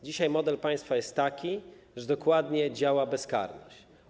Dzisiaj model państwa jest taki, że dokładnie działa bezkarność.